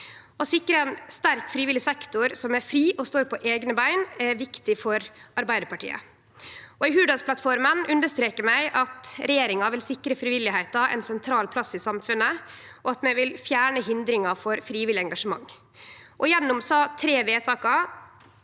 Å sikre ein sterk frivillig sektor som er fri og står på eigne bein, er viktig for Arbeidarpartiet. I Hurdalsplattforma understrekar vi at regjeringa vil sikre frivilligheita ein sentral plass i samfunnet, og at vi vil fjerne hindringar for frivillig engasjement. Gjennom desse tre vedt